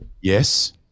yes